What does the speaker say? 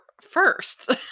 first